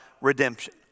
redemption